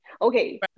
okay